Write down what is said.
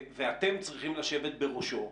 אתם צריכים לשבת בראשו,